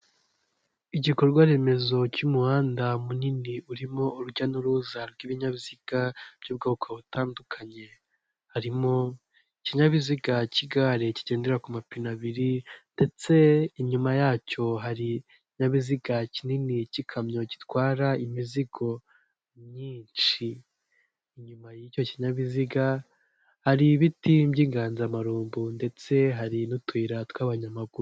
Igikorwaremezo cy'umuhanda munini urimo urujya n'uruza rw'ibinyabiziga by'ubwoko butandukanye, harimo ikinyabiziga cy'igare kigendera ku mapine abiri, ndetse inyuma yacyo hari ikinyabiziga kinini cy'ikamyo gitwara imizigo myinshi, inyuma y'icyo kinyabiziga hari ibiti by'inganzamarumbu ndetse hari n'utuyira tw'abanyamaguru.